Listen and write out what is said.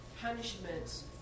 punishments